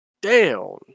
down